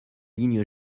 ligne